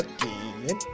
Again